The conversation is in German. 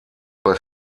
bei